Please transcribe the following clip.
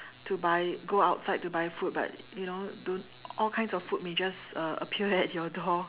to buy go outside to buy food but you know do all kinds of food may just uh appear at your door